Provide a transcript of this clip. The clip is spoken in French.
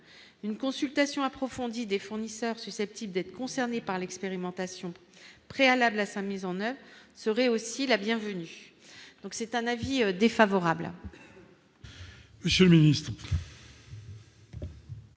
une consultation approfondie des fournisseurs susceptibles d'être concernés par l'expérimentation préalable à sa mise en oeuvre serait aussi la bienvenue, donc c'est un avis défavorable.